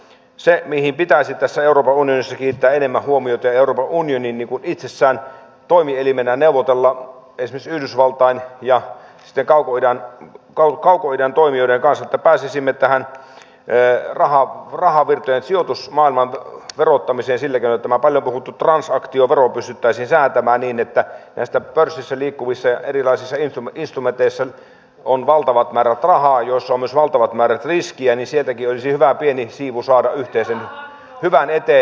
se mihin pitäisi tässä euroopan unionissa kiinnittää enemmän huomiota ja mistä euroopan unionin pitäisi itsessään toimielimenä neuvotella esimerkiksi yhdysvaltain ja sitten kaukoidän toimijoiden kanssa on se että pääsisimme tähän rahavirtojen sijoitusmaailman verottamiseen sillä keinolla että tämä paljon puhuttu transaktiovero pystyttäisiin säätämään niin että näistä pörssissä liikkuvista erilaisista instrumenteista joissa on valtavat määrät rahaa ja myös valtavat määrät riskiä saataisiin sieltäkin pieni siivu yhteisen hyvän eteen